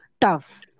tough